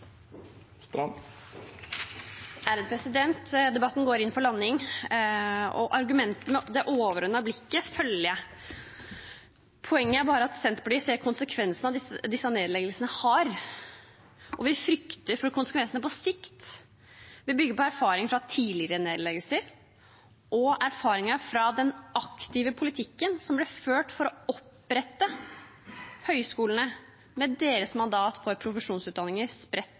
Debatten går inn for landing. Argumentene og det overordnede blikket følger jeg. Poenget er bare at Senterpartiet ser konsekvensene disse nedleggelsene har. Vi frykter for konsekvensene på sikt. Vi bygger på erfaringer fra tidligere nedleggelser og erfaringer fra den aktive politikken som ble ført for å opprette høyskolene med deres mandat for profesjonsutdanninger spredt